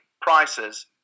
prices